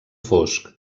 fosc